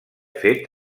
fet